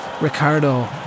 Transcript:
Ricardo